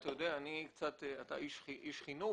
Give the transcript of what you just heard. אתה איש חינוך,